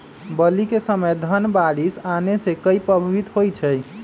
बली क समय धन बारिस आने से कहे पभवित होई छई?